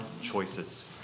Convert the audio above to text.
choices